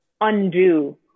undo